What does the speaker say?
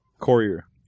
Courier